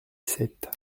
sept